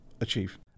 achieve